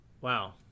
Wow